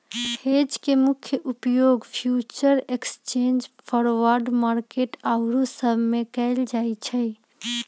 hedge के मुख्य उपयोग फ्यूचर एक्सचेंज, फॉरवर्ड मार्केट आउरो सब में कएल जाइ छइ